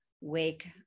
wake